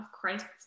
Christ's